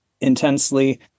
intensely